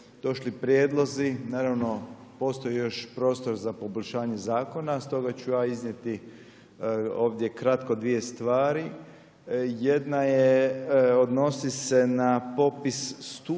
došli prijedlozi, naravno postoji još prostor za poboljšanje zakona, stoga ću ja iznijeti ovdje kratko dvije stvari. Jedna je, odnosi se na popis studija,